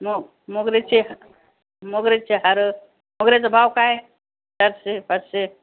मोग मोगऱ्याचे हे मोगऱ्याचे हार मोगऱ्याचं भाव काय चारशे पाचशे